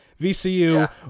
VCU